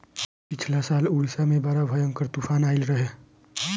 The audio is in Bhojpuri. पिछला साल उड़ीसा में बड़ा भयंकर तूफान आईल रहे